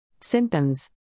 Symptoms